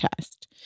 test